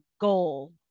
goal